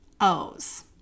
O's